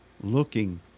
looking